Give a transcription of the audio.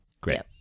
great